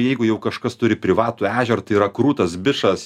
jeigu jau kažkas turi privatų ežer tai yra krūtas bičas